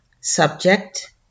subject